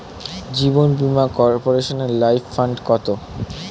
জীবন বীমা কর্পোরেশনের life fund কত?